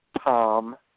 Tom